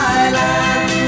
island